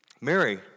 Mary